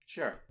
Sure